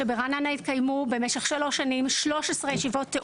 שברעננה התקיימו במשך שלוש שנים 13 ישיבות תיאום מפורטות.